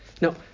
No